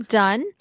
done